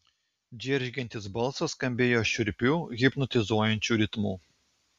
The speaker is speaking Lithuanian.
džeržgiantis balsas skambėjo šiurpiu hipnotizuojančiu ritmu